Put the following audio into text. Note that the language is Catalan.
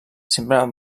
sempre